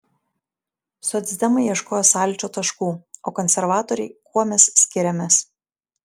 socdemai ieškojo sąlyčio taškų o konservatoriai kuo mes skiriamės